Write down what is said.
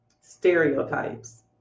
stereotypes